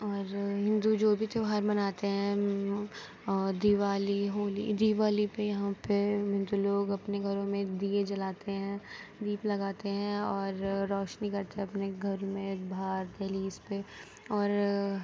اور ہندو جو بھی تہوار مناتے ہیں دیوالی ہولی دیوالی پہ یہاں پہ جو لوگ اپنے گھروں میں دیے جلاتے ہیں دیپ لگاتے ہیں اور روشنی کرتے ہیں اپنے گھر میں باہر دہلیز پہ اور